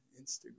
Instagram